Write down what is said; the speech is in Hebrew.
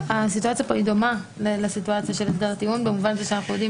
הסיטואציה כאן דומה לסיטואציה של הסדר טיעון במובן זה שאנחנו יודעים